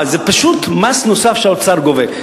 זה פשוט מס נוסף שהאוצר גובה.